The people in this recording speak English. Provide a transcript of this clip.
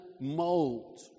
mold